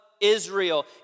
Israel